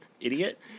idiot